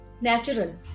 natural